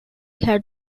had